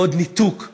לא עוד ניתוק מהמציאות.